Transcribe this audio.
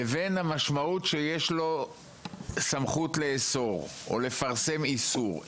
לבין המשמעות שיש לו סמכות לאסור או לפרסם איסור?